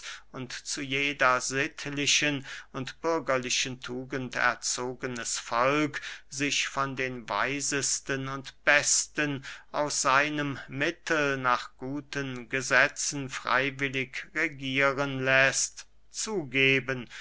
und zu jeder sittlichen und bürgerlichen tugend erzogenes volk sich von den weisesten und besten aus seinem mittel nach guten gesetzen freywillig regieren läßt zugeben